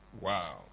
Wow